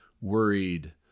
worried